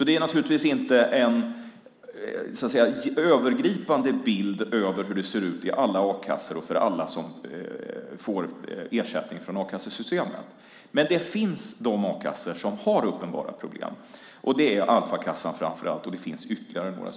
Det är naturligtvis inte en övergripande bild av hur det ser ut i alla a-kassor och för alla som får ersättning från a-kassesystemet. Men det finns a-kassor som har uppenbara problem. Det är framför allt Alfakassan och ytterligare några.